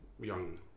young